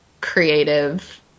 creative